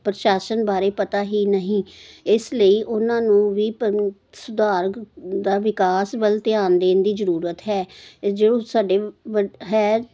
ਪ੍ਰਸ਼ਾਸਨ ਬਾਰੇ ਪਤਾ ਹੀ ਨਹੀਂ ਇਸ ਲਈ ਉਹਨਾਂ ਨੂੰ ਵੀ ਪਨੁ ਸੁਧਾਰ ਦਾ ਵਿਕਾਸ ਵੱਲ ਧਿਆਨ ਦੇਣ ਦੀ ਜ਼ਰੂਰਤ ਹੈ ਜਦੋਂ ਸਾਡੇ ਵ ਹੈ